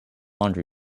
laundry